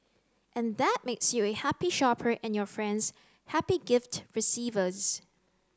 and that makes you a happy shopper and your friends happy gift receivers